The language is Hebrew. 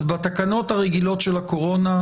אז בתקנות הרגילות של הקורונה,